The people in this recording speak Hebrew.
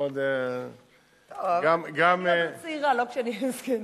כל עוד אני צעירה, לא כשאהיה זקנה.